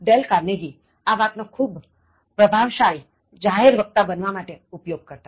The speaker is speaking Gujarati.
ડેલ કાર્નેગી આ વાત નો ખૂબ પ્રભાવશાળી જાહેર વક્તા બનવા માટે ઉપયોગ કરતા